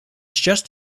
just